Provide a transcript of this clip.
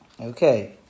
Okay